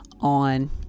on